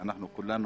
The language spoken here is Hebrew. וכולנו